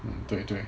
嗯对对